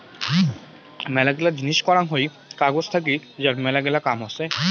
মেলাগিলা জিনিস করাং হই কাগজ থাকি যার মেলাগিলা কাম হসে